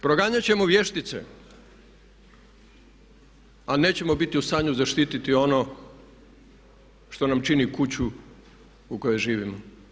Proganjat ćemo vještice ali nećemo biti u stanju zaštiti ono što nam čini kuću u kojoj živimo.